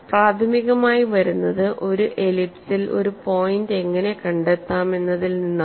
പ്രാഥമികമായി വരുന്നത് ഒരു എലിപ്സിൽ ഒരു പോയിന്റ് എങ്ങനെ കണ്ടെത്താമെന്നതിൽ നിന്നാണ്